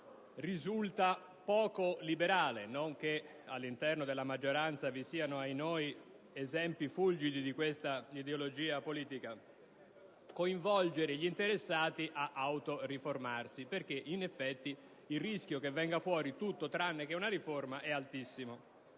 risulta poco liberale (non che all'interno della maggioranza vi siano, ahinoi, esempi fulgidi di questa ideologia politica) coinvolgere gli interessati ad autoriformarsi, perché in effetti il rischio che venga fuori tutto tranne che una riforma è altissimo.